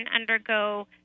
undergo